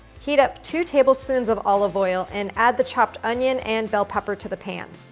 heat up two tablespoons of olive oil and add the chopped onion and bell pepper to the pan.